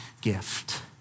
gift